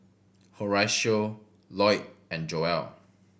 Horacio Loyd and Joelle